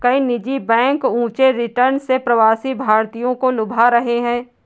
कई निजी बैंक ऊंचे रिटर्न से प्रवासी भारतीयों को लुभा रहे हैं